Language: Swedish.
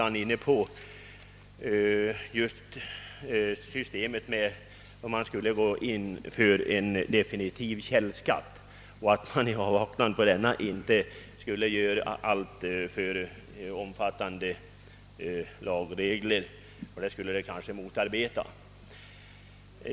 Finansministern tog sedan upp frågan huruvida man skall gå in för definitiv källskatt och sade att vi i avvaktan på beslut härom inte bör göra alltför omfattande lagändringar som försvårar införande av definitiv källskatt.